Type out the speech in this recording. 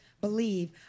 believe